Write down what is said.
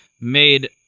made